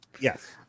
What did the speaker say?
yes